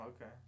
okay